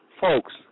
folks